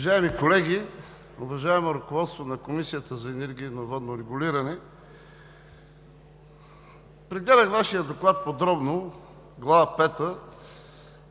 Уважаеми колеги! Уважаемо ръководство на Комисията за енергийно и водно регулиране, прегледах Вашия доклад подробно – Глава пета,